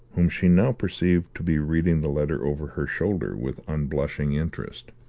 whom she now perceived to be reading the letter over her shoulder with unblushing interest.